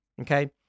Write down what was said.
okay